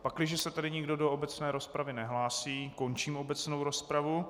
Pakliže se tedy nikdo do obecné rozpravy nehlásí, končím obecnou rozpravu.